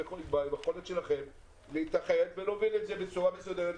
אתם יכולים להתאחד ולהוביל את זה בצורה מסודרת.